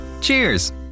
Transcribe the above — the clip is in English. Cheers